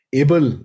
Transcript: able